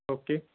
okay